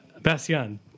Bastian